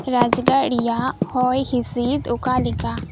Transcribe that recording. ᱨᱟᱡᱜᱟᱲ ᱨᱮᱭᱟᱜ ᱦᱚᱭ ᱦᱤᱥᱤᱫ ᱚᱠᱟᱞᱮᱠᱟ